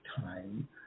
time